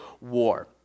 war